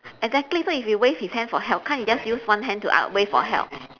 exactly so if he wave his hand for help can't he just use one hand to uh wave for help